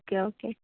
okay okay